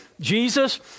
Jesus